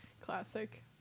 classic